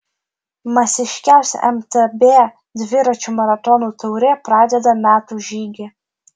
masiškiausia mtb dviračių maratonų taurė pradeda metų žygį